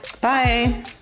bye